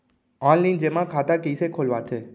Online जेमा खाता कइसे खोलवाथे?